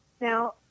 Now